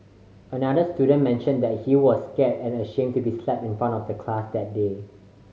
another student mentioned that he was scared and ashamed to be slapped in front of the class that day